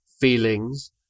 feelings